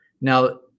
Now